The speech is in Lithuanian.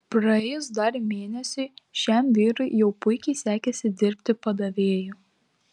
praėjus dar mėnesiui šiam vyrui jau puikiai sekėsi dirbti padavėju